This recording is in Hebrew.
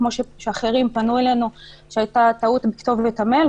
כפי שאחרים פנו אלינו כשהיתה טעות עם כתובת המייל,